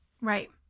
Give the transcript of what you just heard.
Right